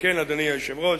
אדוני היושב-ראש,